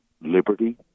Liberty